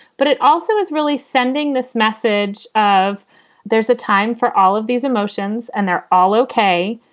but it also is really sending this message of there's a time for all of these emotions and they're all okay.